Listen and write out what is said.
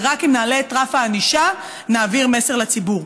ורק אם נעלה את רף הענישה נעביר מסר לציבור.